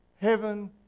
Heaven